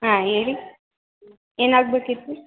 ಹಾಂ ಹೇಳಿ ಏನಾಗಬೇಕಿತ್ತು